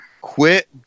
Quit